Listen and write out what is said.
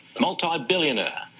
multi-billionaire